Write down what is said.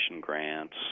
grants